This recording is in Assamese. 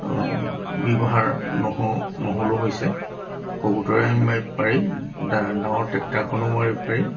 ব্যৱহাৰ নহওঁ নহ'লেও হৈছে কবুটৰে আমি মাৰিব পাৰি ডাঙৰ ডাঙৰ ট্ৰেক্টৰখনেও মাৰিব পাৰি